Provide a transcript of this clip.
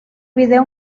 video